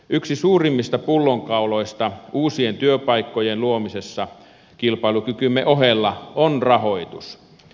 yksi suurimmista pullonkauloista uusien työpaikkojen luomisessa kilpailukykymme ohella on rahoitus